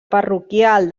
parroquial